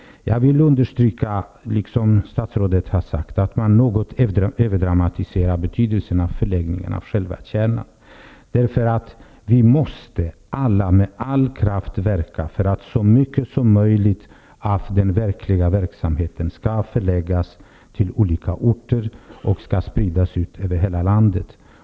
Jag vill understryka, precis som statsrådet, att man något överdramatiserar betydelsen av förläggningen av själva kärnan. Vi måste alla med all kraft verka för att så mycket som möjligt av all verksamhet förläggs på olika orter och sprids över hela landet.